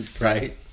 right